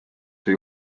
see